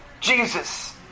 Jesus